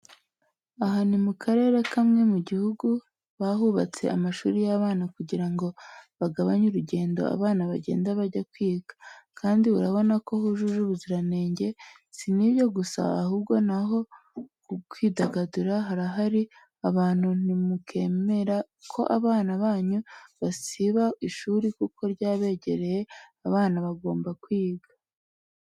Aha ni mu karere kamwe mu gihugu bahubatse amashuri y'abana kugira ngo bagabanye urugendo abana bagendaga bajya kwiga. Kandi urabona ko hujuje ubuziranenge, si n'ibyo gusa ahubwo n'aho kwidagadurira harahari abantu ntimukemere ko abana banyu basiba ishuri kuko ryarabegereye abana bagomba kwiga.